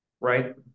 Right